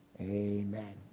amen